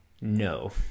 No